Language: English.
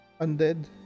undead